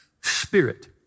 spirit